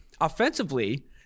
Offensively